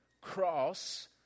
cross